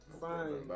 Fine